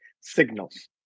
signals